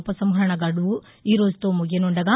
ఉపసంహరణ గదువు ఈరోజుతో ముగియనుండగా